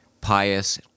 pious